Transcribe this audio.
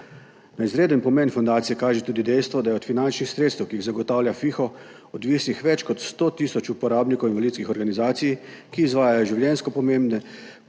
Na izreden pomen fundacije kaže tudi dejstvo, da je od finančnih sredstev, ki jih zagotavlja FIHO, odvisnih več kot 100 tisoč uporabnikov invalidskih organizacij, ki izvajajo življenjsko pomembne posebne